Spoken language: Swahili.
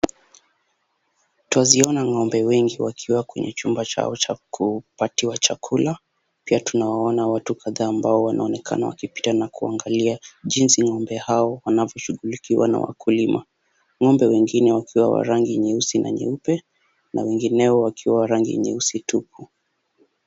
Twaziona ng'ombe wengi wakiwa kwenye chumba chao cha kupatiwa chakula, pia tunawaona watu kadhaa ambao wanaonekana wakipita na kuangalia jinsi ng'ombe hao wanavyoshughulikiwa na wakulima. Ng'ombe wengine wakiwa wa rangi nyeusi na nyeupe, na wengineo wakiwa wa rangi nyeusi tupu.